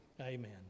Amen